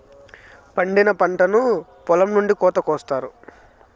పండిన పంటను పొలం నుండి కోత కొత్తారు